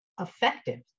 effective